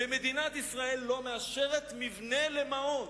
ומדינת ישראל לא מאשרת מבנה למעון.